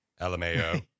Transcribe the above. LMAO